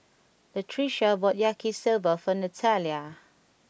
Latricia bought Yaki Soba for Nathalia